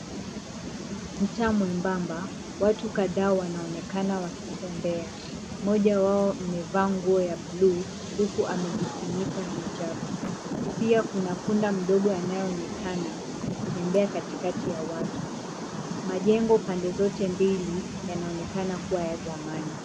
Mtaa mwembamba, watu kadhaa wanaonekana wakitembea. Mmoja wao amevaa nguo ya bluu huku amejifunika hijabu. Pia kuna punda mdogo anayeonekana akitembea katikati ya watu. Majengo pande zote mbili yanaonekana kuwa ya zamani.